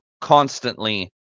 constantly